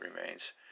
remains